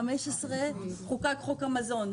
חוקק חוק המזון,